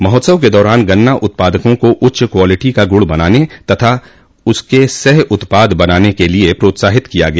महोत्सव के दौरान गन्ना उत्पादकों को उच्च क्वालिटी का गुड बनाने तथा उसके सह उत्पाद बनाने के लिए प्रोत्साहित किया गया